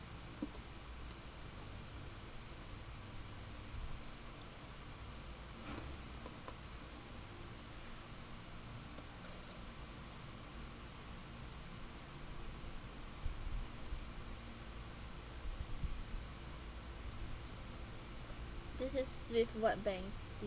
this is with what bank